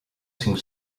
cinc